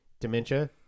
Dementia